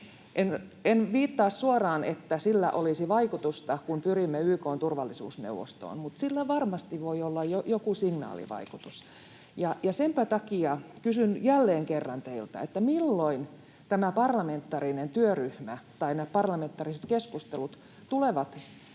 En viittaa suoraan, että sillä olisi vaikutusta, kun pyrimme YK:n turvallisuusneuvostoon, mutta sillä varmasti voi olla joku signaalivaikutus. Senpä takia kysyn jälleen kerran teiltä: milloin tämä parlamentaarinen työryhmä tai ne parlamentaariset keskustelut tulevat